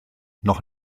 noch